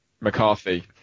mccarthy